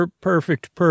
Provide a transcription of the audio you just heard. Perfect